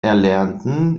erlernten